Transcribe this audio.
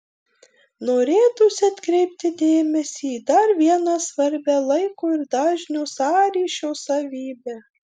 norėtųsi atkreipti dėmesį į dar vieną svarbią laiko ir dažnio sąryšio savybę